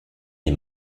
les